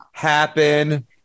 happen